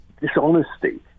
dishonesty